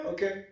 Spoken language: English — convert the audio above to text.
Okay